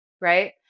right